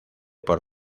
por